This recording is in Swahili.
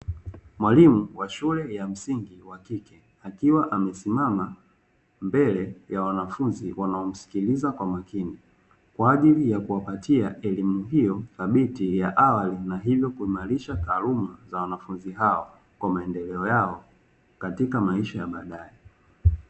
Mwalimu wa shule ya msingi wa kike akiwa amesimama mbele ya wanafunzi wanaomskiliza kwa makini, kwa ajili ya kuwapatia elimu hiyo thabidi ya awali na hivyo kuimarisha taaluma za wanafunzi hao kwa maendeleo yao katika maisha ya baadae.